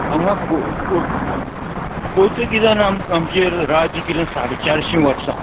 हांगा पो पोर्त पोर्तुगिजान आमकां आमचेर राज्य केलें साडे चारशीं वर्सां